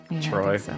Troy